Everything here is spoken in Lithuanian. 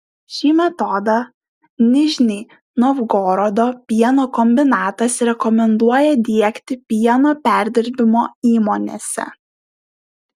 šį metodą nižnij novgorodo pieno kombinatas rekomenduoja diegti pieno perdirbimo įmonėse